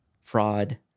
Fraud